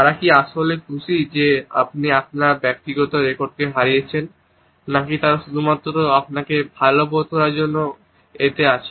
তারা কি আসলেই খুশি যে আপনি আপনার ব্যক্তিগত রেকর্ডকে হারিয়েছেন নাকি তারা শুধুমাত্র আপনাকে ভালো বোধ করার জন্য এতে আছেন